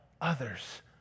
others